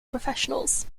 professionals